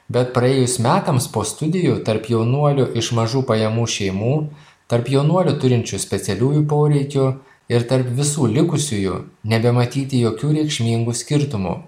bet praėjus metams po studijų tarp jaunuolių iš mažų pajamų šeimų tarp jaunuolių turinčių specialiųjų poreikių ir tarp visų likusiųjų nebematyti jokių reikšmingų skirtumų